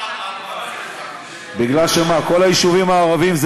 בגלל שאנחנו ערבים,